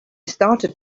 started